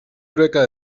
oreka